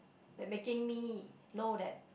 and making me know that